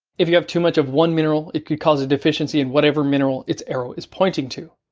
if you have too much of one mineral, it could cause a deficiency in whatever mineral its arrow is pointing to.